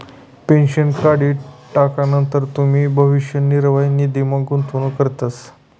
pension काढी टाकानंतर तुमी भविष्य निर्वाह निधीमा गुंतवणूक करतस